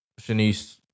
Shanice